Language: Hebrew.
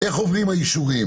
איך עוברים האישורים?